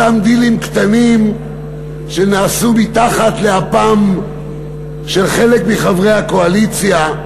אותם דילים קטנים שנעשו מתחת לאפם של חלק מחברי הקואליציה,